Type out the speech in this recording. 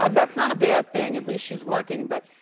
and that's not a bad thing. at least she's working but,